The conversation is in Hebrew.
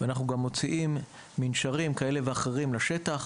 ואנחנו גם מוציאים מנשרים כאלה ואחרים לשטח,